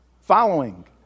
following